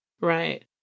Right